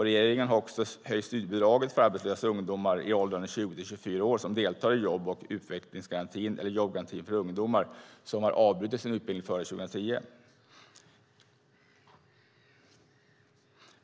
Regeringen har också höjt studiebidraget för arbetslösa ungdomar i åldrarna 20-24 år som deltar i jobb och utvecklingsgarantin eller jobbgarantin för ungdomar och som har avbrutit sin utbildning före juli 2010.